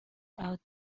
out